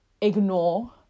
ignore